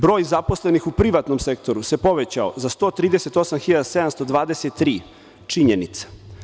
Broj zaposlenih u privatnom sektoru se povećao za 138.723- činjenica.